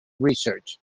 research